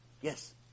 Yes